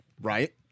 Right